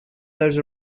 those